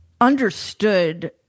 understood